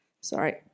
Sorry